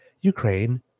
Ukraine